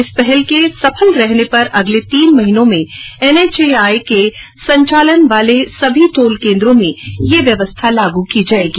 इस पहल के सफल रहने पर अगले तीन महीनों में एनएचएआई के संचालन वाले सभी टोल केन्द्रों में ये व्यवस्था लागू की जाएगी